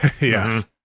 Yes